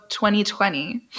2020